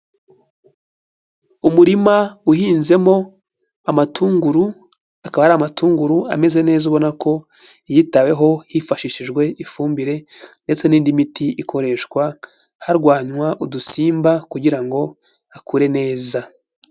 Umurima uhinzemo amatunguru, akaba ari amatunguru ameze neza ubona ko yitaweho hifashishijwe ifumbire ndetse n'indi miti ikoreshwa, harwanywa udusimba kugira ngo akure neza.